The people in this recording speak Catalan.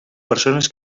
persones